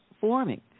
forming